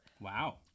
wow